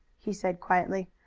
he said quietly,